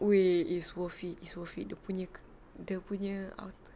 weh it's worth it's worth it dia punya dia punya